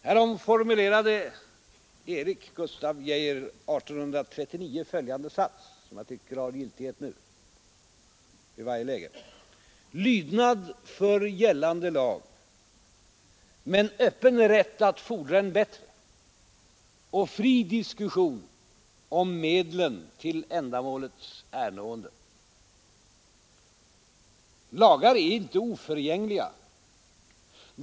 Härom formulerade Erik Gustaf Geijer 1839 följande sats som jag tycker har giltighet i varje läge: ”Lydnad för gällande lag men öppen rätt att fordra en bättre och fri diskussion om medlen till ändamålets ernående.” Lagar är inte oförgängliga.